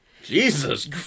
Jesus